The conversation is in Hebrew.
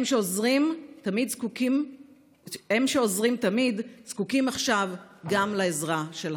הם, שעוזרים תמיד, זקוקים עכשיו גם לעזרה שלכם.